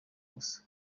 gusa